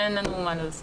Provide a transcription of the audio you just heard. ואין לנו מה להוסיף.